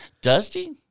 dusty